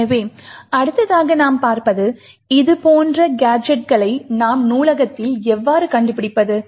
எனவே அடுத்ததாக நாம் பார்பது இதுபோன்ற கேஜெட்களை நாம் நூலகத்தில் எவ்வாறு கண்டுபிடிப்பது